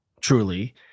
truly